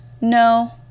No